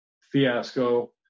fiasco